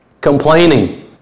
Complaining